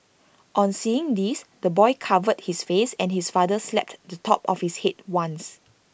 on seeing this the boy covered his face and his father slapped to top of his Head once